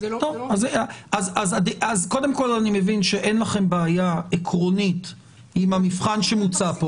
אז קודם כל אני מבין שאין לכם בעיה עקרונית עם המבחן שמוצע.